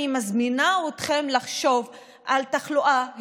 אני מזמינה אתכם לחשוב על התחלואה,